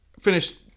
finished